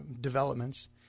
developments